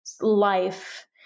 life